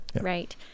right